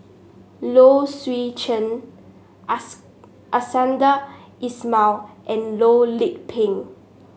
Low Swee Chen Iskandar Ismail and Loh Lik Peng